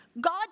God